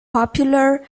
popular